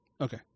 Okay